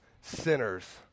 sinners